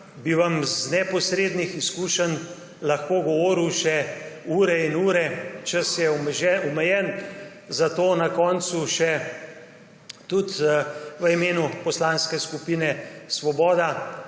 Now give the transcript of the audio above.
bi vam iz neposrednih izkušenj lahko govoril še ure in ure, čas je omejen, zato na koncu še tudi v imenu Poslanske skupine Svoboda